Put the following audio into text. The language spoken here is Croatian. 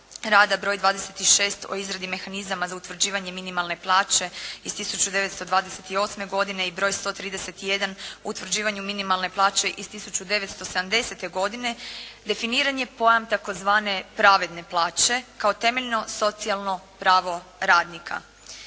rada broj 26 o izradi mehanizama za utvrđivanje minimalne plaće iz 1928. godine i broj 131 o utvrđivanju minimalne plaće iz 1970. godine, definiran je pojam tzv. pravedne plaće kao temeljno socijalno pravo radnika.